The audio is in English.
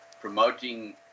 promoting